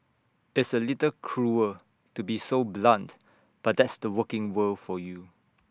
it's A little cruel to be so blunt but that's the working world for you